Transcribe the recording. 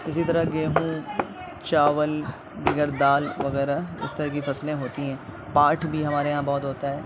اسی طرح گیہوں چاول دیگر دال وغیرہ اس طرح کی فصلیں ہوتی ہیں پاٹ بھی ہمارے یہاں بہت ہوتا ہے